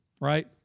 right